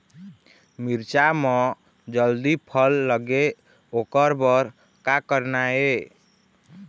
मिरचा म जल्दी फल लगे ओकर बर का करना ये?